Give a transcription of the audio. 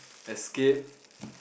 escape